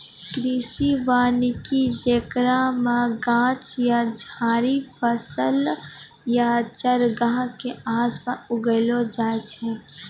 कृषि वानिकी जेकरा मे गाछ या झाड़ि फसल या चारगाह के आसपास उगैलो जाय छै